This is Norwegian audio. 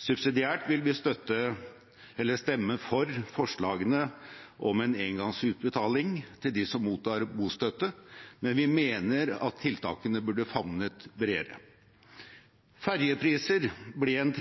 Subsidiært vil vi stemme for forslagene om en engangsutbetaling til dem som mottar bostøtte, men vi mener at tiltakene burde favnet bredere. Fergepriser ble en